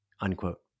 unquote